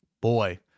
boy